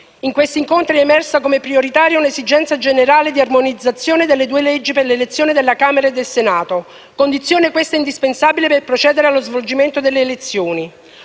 «In questi incontri è emersa, come prioritaria, un'esigenza generale di armonizzazione delle due leggi per l'elezione della Camera e del Senato, condizione questa indispensabile per procedere allo svolgimento di elezioni».